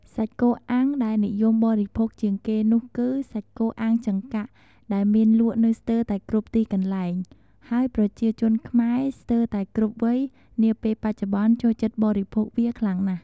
សាច់គោអាំងដែលនិយមបរិភោគជាងគេនោះគឺ សាច់គោអាំងចង្កាក់ ដែលមានលក់នៅស្ទើរតែគ្រប់ទីកន្លែង ហើយប្រជាជនខ្មែរស្ទើរតែគ្រប់វ័យនាពេលបច្ចុប្បន្នចូលចិត្តបរិភោគវាខ្លាំងណាស់។